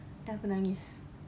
then aku nangis